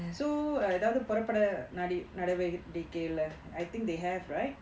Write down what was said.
so எதாவது புரப்பாட நடி~ நடவடிக்கைல:ethavathu purapaada nadi~ nadavadikaila I think they have right